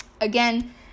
Again